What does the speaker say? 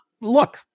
Look